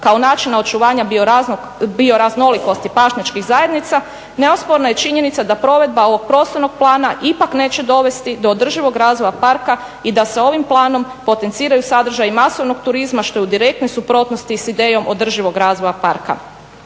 kao načina očuvanja bio raznolikosti pašnjačkih zajednica neosporna je činjenica da provedba ovog prostornog plana ipak neće dovesti do održivog razvoja parka i da se ovim planom potenciraju sadržaji masovnog turizma što je u direktnoj suprotnosti s idejom održivog razvoja parka.